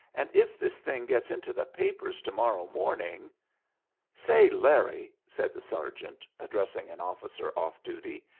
and if this thing gets into the papers to-morrow morning say, larry, said the sergeant, addressing an officer off duty,